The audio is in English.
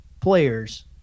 players